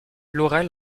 laurel